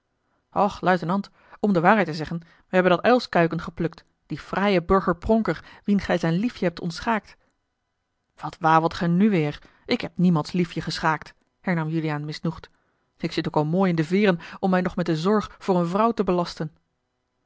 och luitenant om de waarheid te zeggen we hebben dat uilskuiken geplukt den fraaien burgerpronker wien gij zijn liefje hebt ontschaakt wat wawelt gij nu weêr ik heb niemands liefje geschaakt hernam juliaan misnoegd ik zit ook al mooi in de veêren om mij nog met de zorg voor eene vrouw te belasten